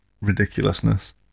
ridiculousness